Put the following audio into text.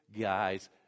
guys